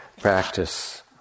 practice